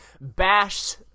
Bash